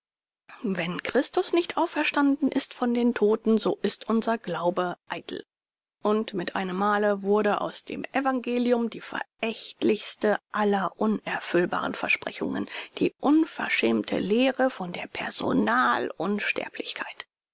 wenn christus nicht auferstanden ist von den todten so ist unser glaube eitel und mit einem male wurde aus dem evangelium die verächtlichste aller unerfüllbaren versprechungen die unverschämte lehre von der